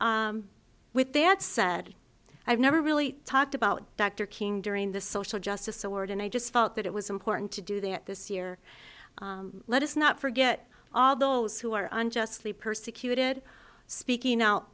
with that said i've never really talked about dr king during the social justice award and i just felt that it was important to do that this year let us not forget all those who are unjustly persecuted speaking out